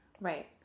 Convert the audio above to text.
Right